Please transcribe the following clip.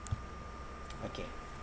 okay